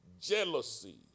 jealousy